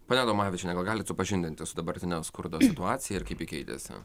ponia adomavičiene gal galite supažindinti su dabartine skurdo situacija ir kaip keitėsi